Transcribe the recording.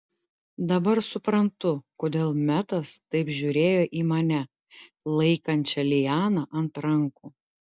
dabar suprantu kodėl metas taip žiūrėdavo į mane laikančią lianą ant rankų